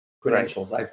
credentials